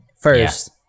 first